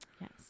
Yes